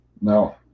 No